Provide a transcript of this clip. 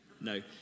No